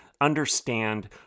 understand